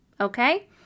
okay